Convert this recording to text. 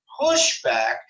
pushback